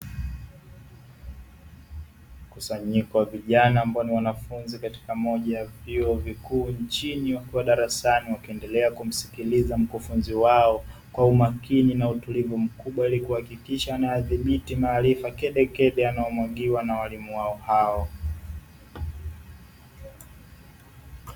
Mkusanyiko wa vijana ambao ni wanafunzi katika moja ya vyuo vikuu nchini wakiwa darasani. Wakiendelea kumsikiliza mkufunzi wao, kwa umakini na utulivu mkubwa ili kuhakikisha anyaadhimiti maarifa kedekede anayomwagiwa na walimu wao.